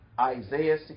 Isaiah